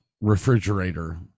refrigerator